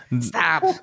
Stop